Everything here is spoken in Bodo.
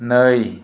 नै